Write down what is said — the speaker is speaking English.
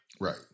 Right